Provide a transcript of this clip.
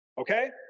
okay